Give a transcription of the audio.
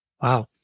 Wow